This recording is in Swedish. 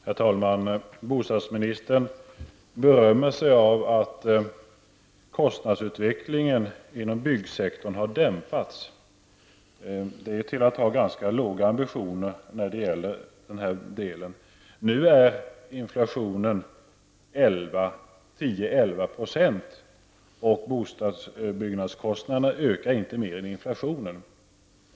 Herr talman! Bostadsministern berömmer sig för att kostnadsutvecklingen inom byggsektorn har dämpats. Det är till att ha ganska låga ambitioner. Nu är inflationen 10--11 %, och byggkostnaderna för bostäder ökar inte mer än inflationen.